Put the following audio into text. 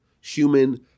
human